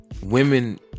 Women